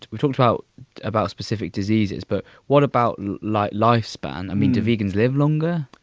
we've talked about about specific diseases but what about like lifespan? i mean do vegans live longer?